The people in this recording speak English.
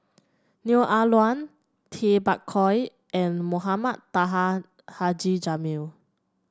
Neo Ah Luan Tay Bak Koi and Mohamed Taha Haji Jamil